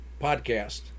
podcast